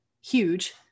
huge